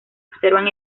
observan